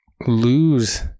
lose